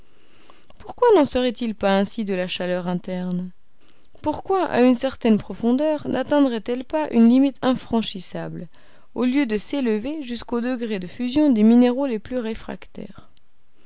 pourquoi n'en serait-il pas ainsi de la chaleur interne pourquoi à une certaine profondeur natteindrait elle pas une limite infranchissable au lieu de s'élever jusqu'au degré de fusion des minéraux les plus réfractaires